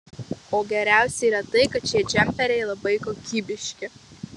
o geriausia yra tai kad šie džemperiai labai kokybiški